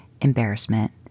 embarrassment